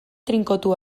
trinkotu